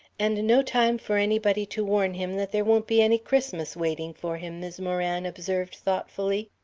and no time for anybody to warn him that there won't be any christmas waiting for him, mis' moran observed thoughtfully.